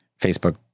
Facebook